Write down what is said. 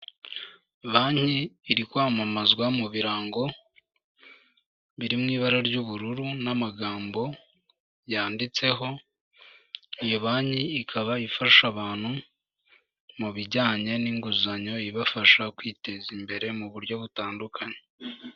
Banki iri kwamamazwa mu birango biri mu ibara ry'ubururu n'amagambo yanditseho, iyo banki ikaba ifasha abantu mu bijyanye n'inguzanyo ibafasha kwiteza imbere mu buryo butandukanye.